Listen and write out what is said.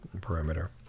perimeter